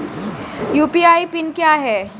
UPI PIN क्या है?